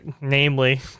namely